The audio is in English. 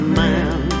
man